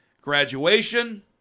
graduation